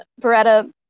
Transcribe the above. Beretta